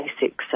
basic